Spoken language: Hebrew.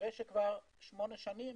אחרי ששמונה שנים